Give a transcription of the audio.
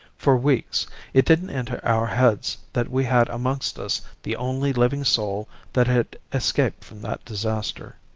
for weeks it didn't enter our heads that we had amongst us the only living soul that had escaped from that disaster.